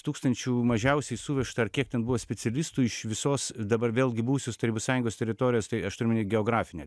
tūkstančių mažiausiai suvežta ar kiek ten buvo specialistų iš visos dabar vėlgi buvusios tarybų sąjungos teritorijos tai aš turiu omeny geografinę